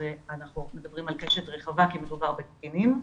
אנחנו מדברים על קשת רחבה כי מדובר בקטינים,